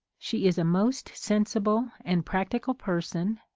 she is a most sen sible and practical person,